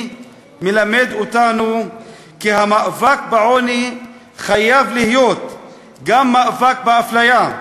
מלמד אותנו כי המאבק בעוני חייב להיות גם מאבק באפליה,